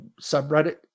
subreddit